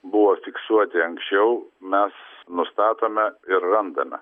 buvo fiksuoti anksčiau mes nustatome ir randame